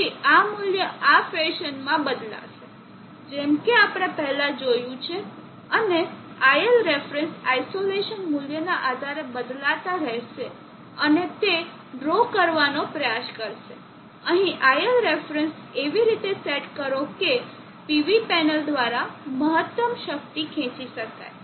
તેથી આ મૂલ્ય આ ફેશનમાં બદલાશે જેમ કે આપણે પહેલા જોયું છે અને iL રેફરન્સ આઈસોલેસન મૂલ્યના આધારે બદલાતા રહેશે અને તે ડ્રો કરવાનો પ્રયાસ કરશે અહીં iL રેફરન્સને એવી રીતે સેટ કરો કે PV પેનલ દ્વારા મહત્તમ શક્તિ ખેંચી શકાય